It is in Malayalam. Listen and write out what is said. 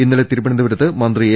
ഇന്നലെ തിരുവനന്തപുരത്ത് മന്ത്രി എ